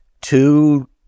two